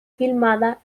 filmada